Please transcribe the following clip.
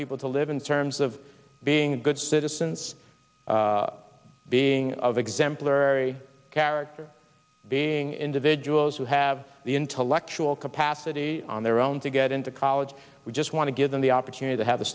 people to live in terms of being good citizens being of exemplary character being individuals who have the intellectual capacity on their own to get into college we just want to give them the opportunity to have the